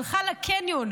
הלכה לקניון,